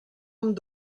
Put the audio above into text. amb